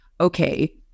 okay